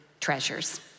treasures